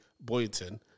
Boynton